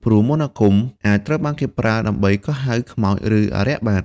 ព្រោះមន្តអាគមអាចត្រូវបានគេប្រើដើម្បីកោះហៅខ្មោចឬអារក្សបាន។